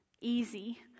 easy